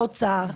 את משרד האוצר,